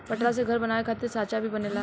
पटरा से घर बनावे खातिर सांचा भी बनेला